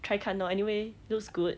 try 看 lor anyway looks good